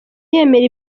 yemera